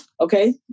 Okay